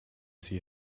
see